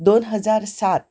दोन हजार सात